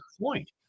point